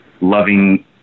loving